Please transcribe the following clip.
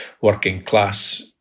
working-class